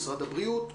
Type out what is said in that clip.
משרד הבריאות,